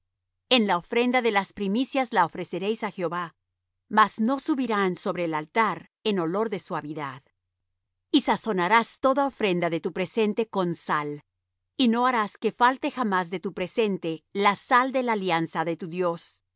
en la ofrenda de las primicias las ofreceréis á jehová mas no subirán sobre el altar en olor de suavidad y sazonarás toda ofrenda de tu presente con sal y no harás que falte jamás de tu presente la sal de la alianza de tu dios